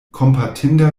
kompatinda